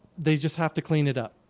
they just have to clean it up.